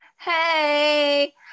Hey